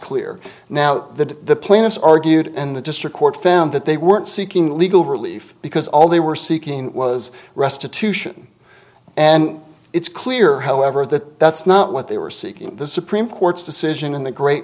clear now that the plaintiffs argued and the district court found that they weren't seeking legal relief because all they were seeking was restitution and it's clear however that that's not what they were seeking the supreme court's decision in the great